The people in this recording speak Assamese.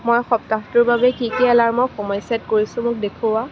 মই সপ্তাহটোৰ বাবে কি কি এলাৰ্মৰ সময় ছে'ট কৰিছোঁ মোক দেখুওৱা